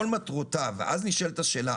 ואז נשאלת השאלה,